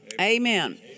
Amen